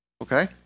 Okay